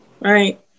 right